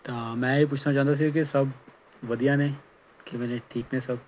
ਤਾਂ ਮੈਂ ਇਹ ਪੁੱਛਣਾ ਚਾਹੁੰਦਾ ਸੀ ਕਿ ਸਭ ਵਧੀਆ ਨੇ ਕਿਵੇਂ ਜੀ ਠੀਕ ਨੇ ਸਭ